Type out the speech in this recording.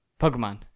Pokemon